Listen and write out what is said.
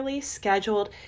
scheduled